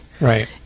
Right